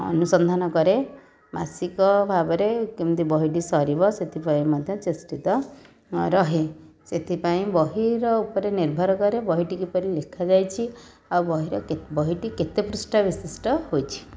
ଅନୁସନ୍ଧାନ କରେ ମାସିକ ଭାବରେ କେମିତି ବହିଟି ସରିବ ସେଥିପାଇଁ ମଧ୍ୟ ଚେଷ୍ଟିତ ରହେ ସେଥିପାଇଁ ବହିର ଉପରେ ନିର୍ଭର କରେ ବହିଟି କିପରି ଲେଖା ଯାଇଛି ଆଉ ବହିର ବହିଟି କେତେ ପୃଷ୍ଠା ବିଶିଷ୍ଟ ହୋଇଛି